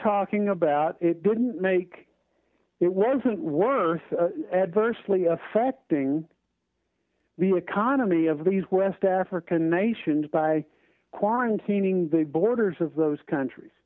about it didn't make it wasn't worse adversely affecting the economy of these west african nations by quarantining the borders of those countries